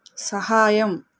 సహాయం